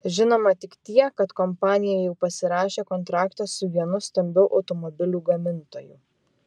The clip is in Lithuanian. žinoma tik tiek kad kompanija jau pasirašė kontraktą su vienu stambiu automobilių gamintoju